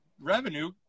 revenue